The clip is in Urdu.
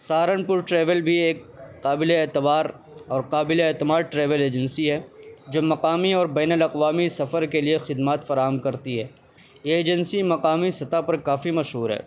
سہارنپور ٹریول بھی ایک قابل اعتبار اور قابل اعتماد ٹریول ایجنسی ہے جو مقامی اور بین الاقوامی سفر کے لیے خدمات فراہم کرتی ہے یہ ایجنسی مقامی سطح پر کافی مشہور ہے